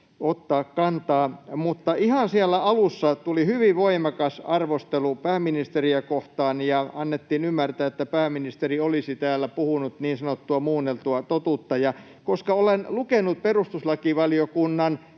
ottaa kantaa. Mutta ihan siellä alussa tuli hyvin voimakas arvostelu pääministeriä kohtaan ja annettiin ymmärtää, että pääministeri olisi täällä puhunut niin sanottua muunneltua totuutta, ja koska olen lukenut perustuslakivaliokunnan